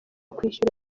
kwishyura